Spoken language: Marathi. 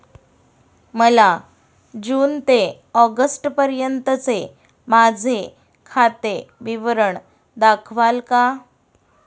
मला जून ते ऑगस्टपर्यंतचे माझे खाते विवरण दाखवाल का?